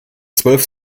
zwölf